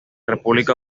república